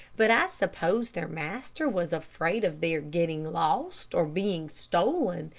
but i suppose their master was afraid of their getting lost, or being stolen,